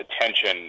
attention